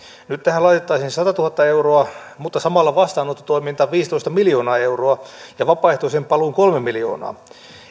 nyt tähän laitettaisiin satatuhatta euroa mutta samalla vastaanottotoimintaan viisitoista miljoonaa euroa ja vapaaehtoiseen paluuseen kolme miljoonaa